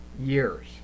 years